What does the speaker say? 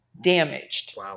damaged